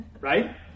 right